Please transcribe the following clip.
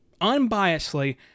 unbiasedly